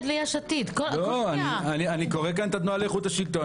אני קורא כאן מהתנועה לאיכות השלטון,